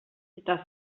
eta